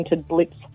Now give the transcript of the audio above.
blips